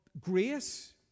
grace